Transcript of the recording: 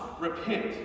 repent